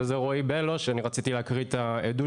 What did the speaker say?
וזה רועי בלו שאני רציתי להקריא את העדות